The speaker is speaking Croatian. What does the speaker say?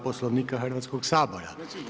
Poslovnika Hrvatskog sabora.